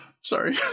Sorry